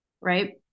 Right